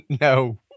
No